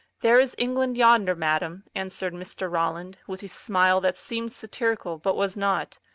there is england yonder, madam, answered mr. ralland, with a smile that seemed satirical but was not,